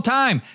time